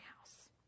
house